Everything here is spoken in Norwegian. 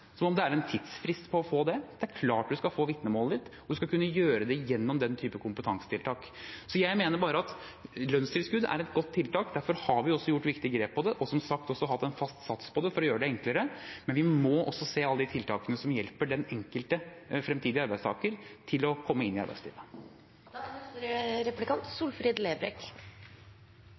som om det er en tidsfrist for å få det. Det er klart man skal få vitnemålet sitt. Man skal kunne gjøre det gjennom den type kompetansetiltak. Jeg mener lønnstilskudd er et godt tiltak. Derfor har vi gjort viktige grep, og som sagt har vi satt en sats for det for å gjøre det enklere. Men vi må også se på alle de tiltakene som hjelper den enkelte fremtidige arbeidstaker til å komme inn i arbeidslivet.